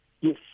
Yes